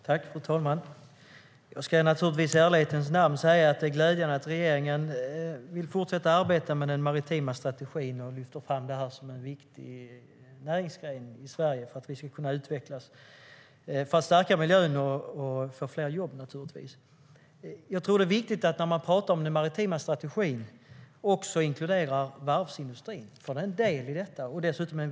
Fru talman! Jag ska naturligtvis i ärlighetens namn säga att det är glädjande att regeringen vill fortsätta arbeta med den maritima strategin och lyfter fram detta som en viktig näringsgren i Sverige för att vi ska kunna utvecklas, för att stärka miljön och för att skapa fler jobb. När man talar om den maritima strategin tror jag att det är viktigt att man också inkluderar varvsindustrin, som är en viktig del i detta.